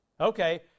Okay